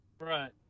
Right